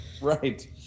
right